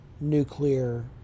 nuclear